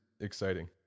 exciting